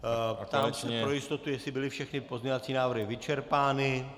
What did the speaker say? Ptám se pro jistotu, jestli byly všechny pozměňovací návrhy vyčerpány.